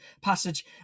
passage